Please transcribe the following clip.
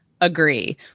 agree